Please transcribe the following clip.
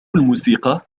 الموسيقى